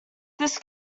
this